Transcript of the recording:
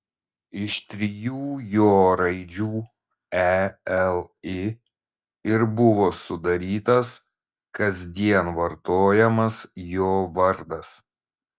iš trijų jo raidžių e l i ir buvo sudarytas kasdien vartojamas jo vardas